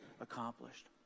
accomplished